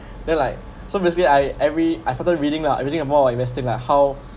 then like so basically I every I certain reading lah I reading uh more on investing like how